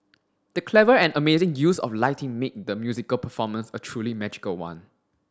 the clever and amazing use of lighting made the musical performance a truly magical one